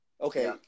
okay